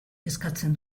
kezkatzen